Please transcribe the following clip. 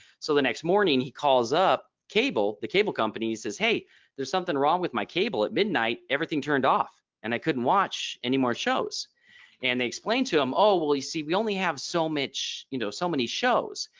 so the next morning he calls up cable the cable companies says hey there's something wrong with my cable at midnight everything turned off. and i couldn't watch any more shows and they explained to him oh well you see we only have so much you know so many shows.